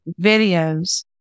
videos